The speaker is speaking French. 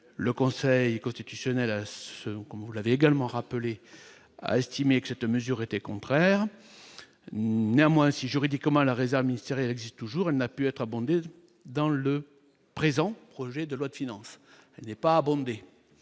le Conseil constitutionnel, comme vous l'avait également rappelé, a estimé que cette mesure était contraire néanmoins si juridiquement la réserve ministérielle existe toujours, elle n'a pu être abondé dans le présent projet de loi de finances n'est pas abondé